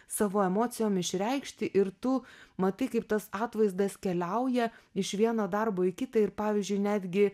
savo emocijom išreikšti ir tu matai kaip tas atvaizdas keliauja iš vieno darbo į kitą ir pavyzdžiui netgi